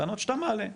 טענות שאתה מעלה.